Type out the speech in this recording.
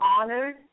honored